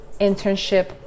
internship